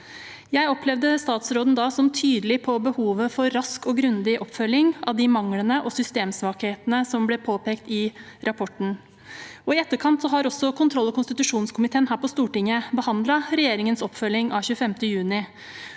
Jeg opplevde da statsråden som tydelig på behovet for rask og grundig oppfølging av de manglene og systemsvakhetene som ble påpekt i rapporten. I etterkant har også kontroll- og konstitusjonskomiteen her på Stortinget behandlet regjeringens oppfølging av 25. juni,